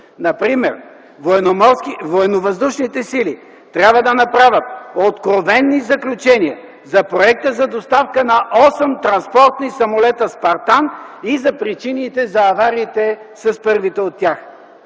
Например, Военновъздушните сили трябва да направят откровени заключения за проекта за доставка на осем транспортни самолета „Спартан” и за причините за авариите с първите от тях.